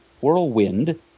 Whirlwind